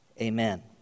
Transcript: amen